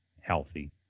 healthy